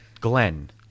Glenn